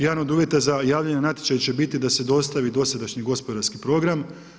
Jedan od uvjeta za javljanje na natječaje će biti da se dostavi dosadašnji gospodarski program.